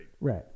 Right